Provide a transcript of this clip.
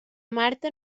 marta